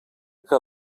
que